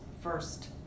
first